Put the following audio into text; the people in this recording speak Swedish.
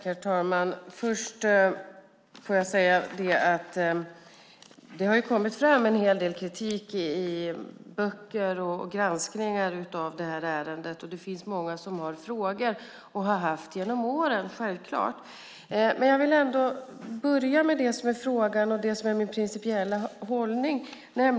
Herr talman! Låt mig först säga att det har kommit fram en hel del kritik av det här ärendet i böcker och granskningar, och det är många som har frågor och har haft det genom åren. Jag vill ändå börja med det som är min principiella hållning.